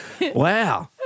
Wow